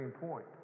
point